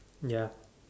ya